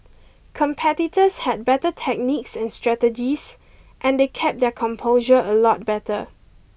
competitors had better techniques and strategies and they kept their composure a lot better